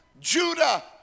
Judah